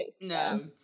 No